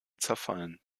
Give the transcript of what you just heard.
zerfallen